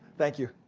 thank you.